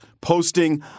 Posting